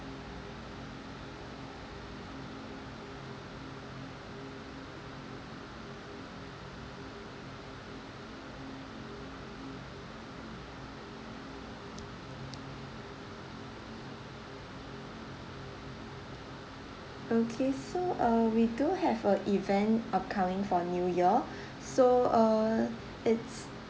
okay so uh we do have a event upcoming for new year so uh it's